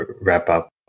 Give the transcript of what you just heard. wrap-up